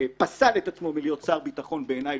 פסל את עצמו מלהיות שר ביטחון, בעיני.